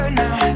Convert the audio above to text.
now